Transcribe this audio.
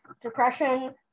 depression